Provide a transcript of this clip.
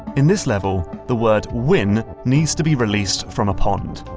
in this level, the word win needs to be released from a pond.